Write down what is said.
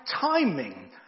timing